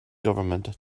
government